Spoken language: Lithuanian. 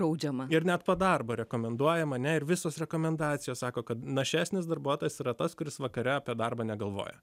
baudžiama ir net po darbo rekomenduojama ne ir visos rekomendacijos sako kad našesnis darbuotojas yra tas kuris vakare apie darbą negalvoja